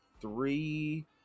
three